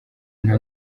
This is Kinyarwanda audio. nta